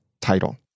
title